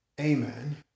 amen